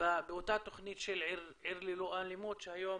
באותה תוכנית של עיר ללא אלימות שהיום